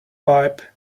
pipe